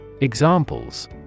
Examples